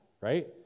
right